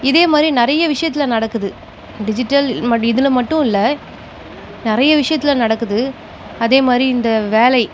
இதே மாதிரி நிறைய விஷயத்துல நடக்குது டிஜிட்டல் இது இதில் மட்டும் இல்லை நிறைய விஷயத்தில் நடக்குது அதே மாதிரி இந்த வேலை